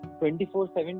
24-7